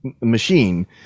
machine